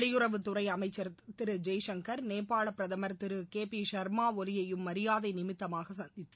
வெளியுறவுத்துறை அமைச்சர் திரு ஜெய்சங்கரி நேபாள பிரதமர் திரு கே பி சர்மா ஒலியையும் மரியாதை நிமித்தமாக சந்தித்தார்